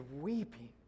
weeping